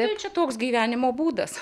tai čia toks gyvenimo būdas